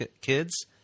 kids